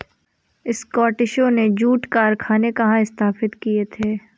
स्कॉटिशों ने जूट कारखाने कहाँ स्थापित किए थे?